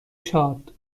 شاد